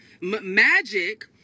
magic